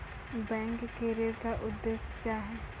Bank के ऋण का उद्देश्य क्या हैं?